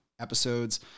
episodes